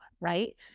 right